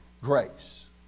grace